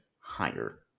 higher